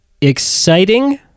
exciting